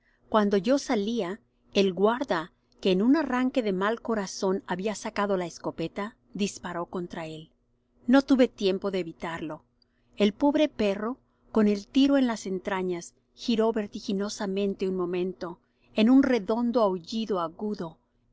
cuando yo salía el guarda que en un arranque de mal corazón había sacado la escopeta disparó contra él no tuve tiempo de evitarlo el pobre perro con el tiro en las entrañas giró vertiginosamente un momento en un redondo aullido agudo